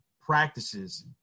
practices